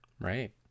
right